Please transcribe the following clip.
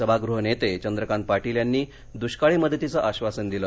सभागृह नेते चंद्रकांत पाटील यांनी दृष्काळी मदतीचं आश्वासन दिलं